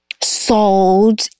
sold